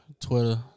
Twitter